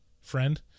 friend